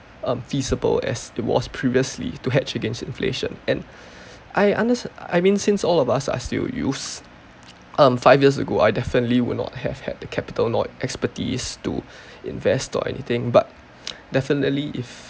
um feasible as it was previously to hatch against inflation and I understa~ I mean since all of us are still youths um five years ago I definitely would not have had the capital nor expertise to invest or anything but definitely if